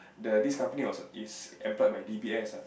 the this company was is employed by d_b_s ah